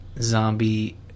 zombie